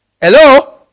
hello